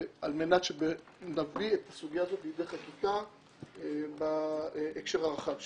מנת שנביא את הסוגיה הזאת לידי חקיקה בהקשר הרחב שלה.